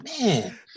man